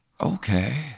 okay